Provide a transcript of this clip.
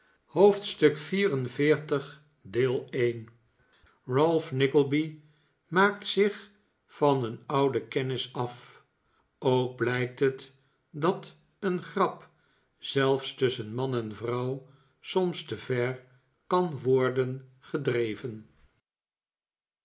hoofdstuk xliv ralph nickleby maakt zich van een ouden kennis a ook blijkt het dat een grap zelf s tusschen man en vrouw soms te ver kan worden gedreven